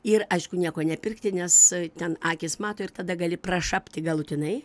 ir aišku nieko nepirkti nes ten akys mato ir tada gali prašapti galutinai